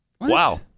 Wow